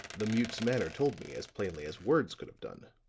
the mute's manner told me as plainly as words could have done.